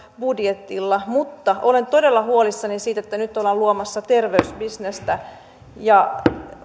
budjetilla mutta olen todella huolissani siitä että nyt ollaan luomassa terveysbisnestä ja